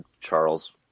Charles